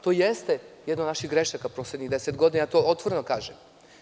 To jeste jedna od naših grešaka poslednjih deset godina, to otvoreno kažem.